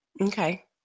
Okay